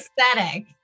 aesthetic